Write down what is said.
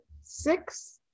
six